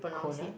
quinoa